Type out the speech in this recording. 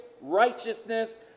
righteousness